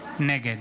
נגד